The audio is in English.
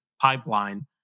pipeline